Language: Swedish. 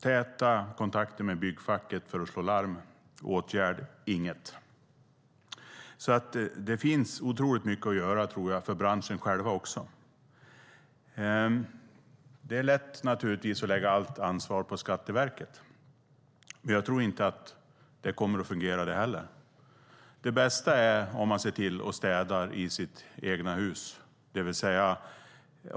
Täta kontakter med byggfacket för att slå larm resulterade i noll åtgärder. Det finns alltså mycket att göra, även för branschen själv. Det är lätt att lägga allt ansvar på Skatteverket, men jag tror inte att det kommer att fungera heller. Det bästa är att städa i sitt eget hus.